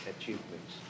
achievements